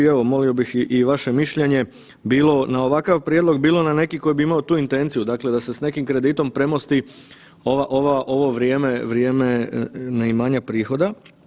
I evo molio bih i vaše mišljenje bilo na ovakav prijedlog, bilo na neki koji bi imao tu intenciju dakle da se s nekim kreditom premosti ovo vrijeme ne imanja prihoda.